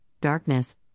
darkness